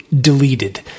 deleted